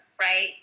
right